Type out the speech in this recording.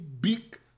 big